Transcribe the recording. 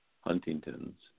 Huntington's